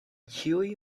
ĉiuj